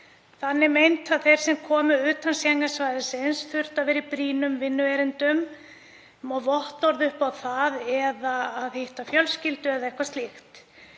þannig meint að þeir sem koma utan Schengen-svæðisins hafa þurft að vera í brýnum vinnuerindum, með vottorð upp á það, eða að hitta fjölskyldu eða eitthvað slíkt.